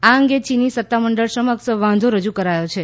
આ અંગે ચીની સત્તામંડળ સમક્ષ વાંધો રજૂ કરાયો છે